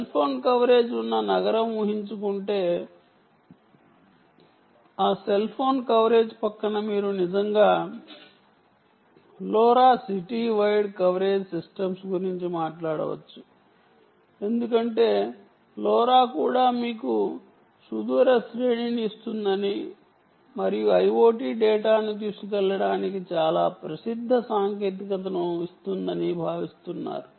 cell phone coverage ఉన్న నగరం ఊహించుకుంటే ఆ సెల్ ఫోన్ కవరేజ్ పక్కన మీరు నిజంగా LoRa city wide coverage systems గురించి మాట్లాడవచ్చు ఎందుకంటే లోరా కూడా మీకు సుదూర శ్రేణిని ఇస్తుందని మరియు IoT డేటాను తీసుకువెళ్ళడానికి చాలా ప్రసిద్ధ సాంకేతికతను ఇస్తుందని భావిస్తున్నారు